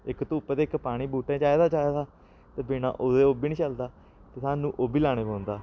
इक धुप्प ते इक पानी बूह्टें गी चाहिदा चाहिदा ते बिना ओह्दे ओह् बी नेईं चलदा ते सानूं ओह् बी लाने पौंदा